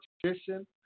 tradition